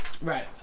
right